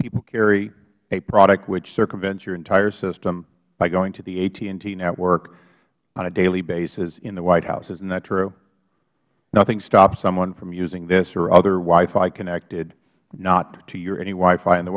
people carry a product which circumvents your entire system by going to the at and t network on a daily basis in the white house isn't that true nothing stops someone from using this or other wi fi connected not to any wi fi in the